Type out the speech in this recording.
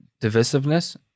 divisiveness